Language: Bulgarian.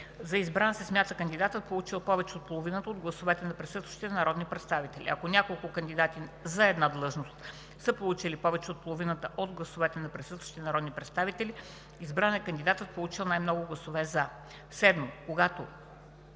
За избран се смята кандидатът, получил повече от половината от гласовете на присъстващите народни представители. Ако няколко кандидати за една длъжност са получили повече от половината от гласовете на присъстващите народни представители, избран е кандидатът, получил най-много гласове „за“. 7. Когато